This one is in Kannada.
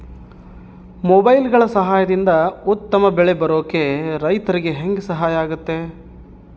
ಮೊಬೈಲುಗಳ ಸಹಾಯದಿಂದ ಉತ್ತಮ ಬೆಳೆ ಬರೋಕೆ ರೈತರಿಗೆ ಹೆಂಗೆ ಸಹಾಯ ಆಗುತ್ತೆ?